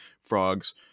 frogs